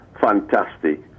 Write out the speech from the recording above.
fantastic